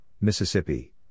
Mississippi